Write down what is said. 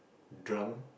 drunk